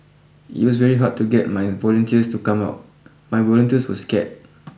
it was very hard to get my volunteers to come out my volunteers were scared